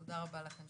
אקרא כרגע הודעה,